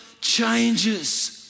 changes